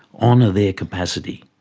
honour their capacity.